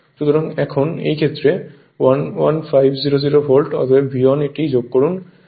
সুতরাং এখন এই ক্ষেত্রে 11500 ভোল্ট অতএব V1 এটি যোগ করুন এর মানে হল এটি যোগ করুন যা A থেকে B